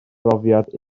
brofiad